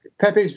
Pepe's